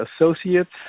associates